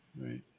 Right